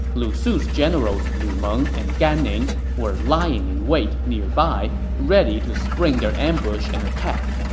lu su's generals lu meng and gan ning were lying in wait nearby, ready to spring their ambush and attack.